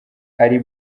ali